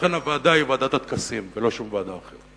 לכן הוועדה היא ועדת הטקסים, ולא שום ועדה אחרת.